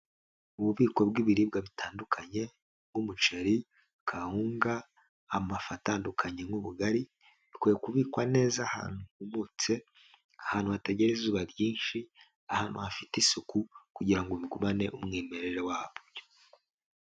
Ububiko bw'ibiribwa bitandukanye bw'umuceri, kawunga, amafu atandukanye nk'ubugari, bikwiye kubikwa neza ahantu humutse, ahantu hatagera izuba ryinshi, ahantu hafite isuku kugira ngo bigumane umwimerere wabyo.